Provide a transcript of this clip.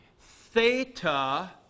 Theta